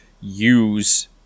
use